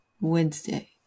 Wednesday